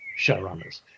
showrunners